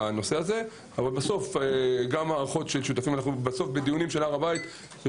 אבל בסוף בדיונים של הר הבית אנחנו